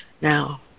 now